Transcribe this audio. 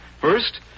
First